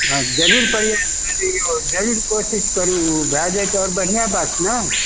जरूर प्रयास करियौ जरूर कोशिश करू भए जाइ तऽ आओर बढ़िआँ बात ने